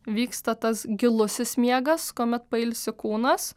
vyksta tas gilusis miegas kuomet pailsi kūnas